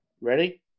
Ready